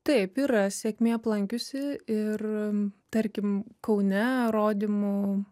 taip yra sėkmė aplankiusi ir tarkim kaune rodymų